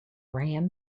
ram